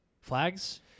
Flags